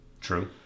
True